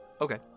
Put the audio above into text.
Okay